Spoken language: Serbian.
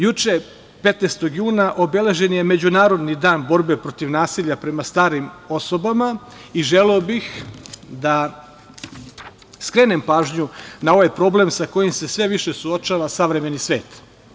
Juče, 15. juna obeležen je Međunarodni dan borbe protiv nasilja prema starim osobama i želeo bih da skrenem pažnju na ovaj problem sa kojim se sve više suočava savremeni svet.